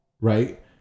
right